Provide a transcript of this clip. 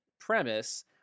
premise